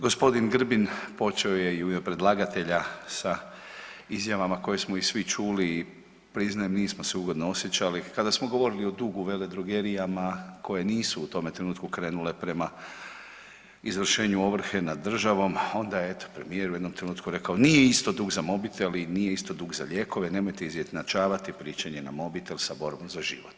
Gospodin Grbin počeo je u ime predlagatelja sa izjavama koje smo i svi čuli i priznajem nismo se ugodno osjećali, kada smo govorili o dugu veledrogerijama koje nisu u tome trenutku krenule prema izvršenu ovrhe nad državom, onda je eto premijer u jednom trenutku rekao nije isto dug za mobitel i nije isto dug za lijekove, nemojte izjednačavati pričanje sa mobitel sa borbom za život.